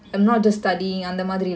in this time you want to socialise